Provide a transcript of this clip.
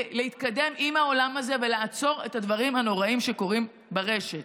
להתקדם עם העולם הזה ולעצור את הדברים הנוראיים שקורים ברשת.